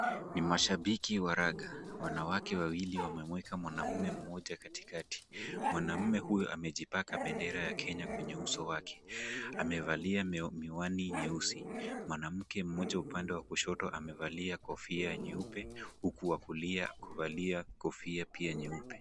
Ni mashabiki wa raga. Wanawake wawili wameweka mwanaume katikati mwanaume huyo amejipaka bendera ya Kenya kwenye uso wake. Amevalia miwani nyeusi. Mwanamke mmoja upande wa kushoto amevalia kofia nyeupe huku kulia pia kofia pia nyeupe.